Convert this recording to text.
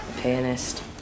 Pianist